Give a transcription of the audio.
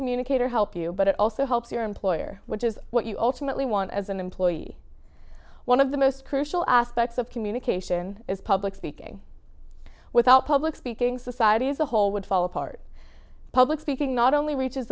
communicator help you but it also helps your employer which is what you ultimately want as an employee one of the most crucial aspects of communication is public speaking without public speaking society as a whole would fall apart public speaking not only reaches